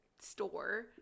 store